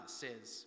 says